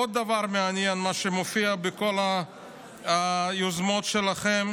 עוד דבר מעניין שמופיע בכל היוזמות שלכם